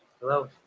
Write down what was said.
Hello